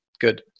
good